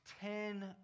Ten